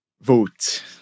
vote